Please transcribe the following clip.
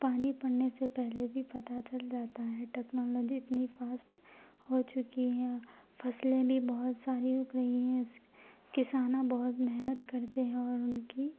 پانی پڑنے سے پہلے بھی پتہ چل جاتا ہے ٹیکنالوجی انتی فاسٹ ہو چکی ہے فصلیں بھی بہت ساری اگ رہی ہیں کساناں بہت محنت کرتے ہیں اور ان کی